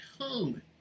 home